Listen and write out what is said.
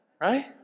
right